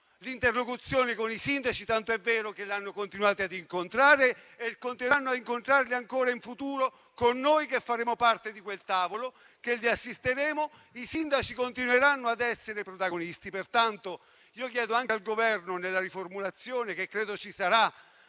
l'interlocuzione con i sindaci, tanto è vero che hanno continuato ad incontrarli e continueranno ad incontrarli ancora in futuro, con noi che faremo parte di quel tavolo e che li assisteremo. I sindaci continueranno ad essere protagonisti. Pertanto, chiedo anche al Governo, nella riformulazione dell'ordine